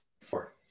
four